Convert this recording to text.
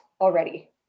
already